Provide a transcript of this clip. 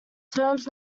terms